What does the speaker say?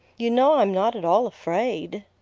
you know i'm not at all afraid.